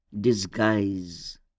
disguise